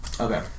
Okay